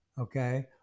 okay